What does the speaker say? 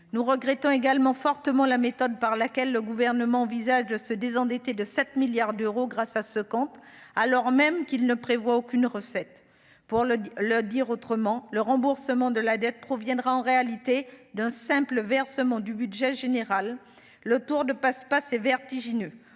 nous regrettons également fortement la méthode par laquelle le gouvernement envisage de se désendetter de 7 milliards d'euros grâce à ce compte, alors même qu'il ne prévoit aucune recette pour le le dire autrement, le remboursement de la dette proviendra en réalité d'un simple versement du budget général, le tour de passe-passe est vertigineux